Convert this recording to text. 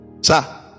Sir